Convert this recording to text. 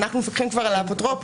ואנחנו מפקחים כבר על האפוטרופוס.